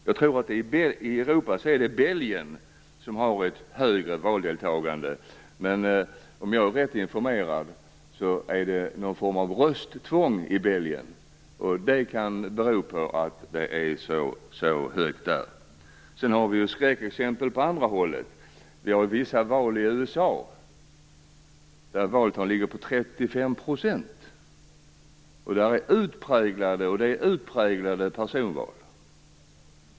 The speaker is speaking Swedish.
Jag tror att det i Europa bara är Belgien som har ett högre valdeltagande, men om jag är rätt informerad har man någon form av rösttvång i Belgien, vilket kan förklara att det är så högt där. Sedan har vi skräckexempel åt andra hållet. Vi har vissa val i USA där valdeltagandet ligger på 35 %, och där är det utpräglade personval.